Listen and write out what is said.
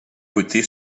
côté